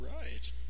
right